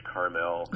Carmel